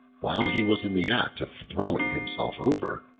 while he was in the act of throwing himself over,